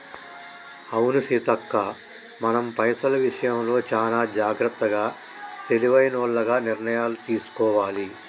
అవును సీతక్క మనం పైసల విషయంలో చానా జాగ్రత్తగా తెలివైనోల్లగ నిర్ణయాలు తీసుకోవాలి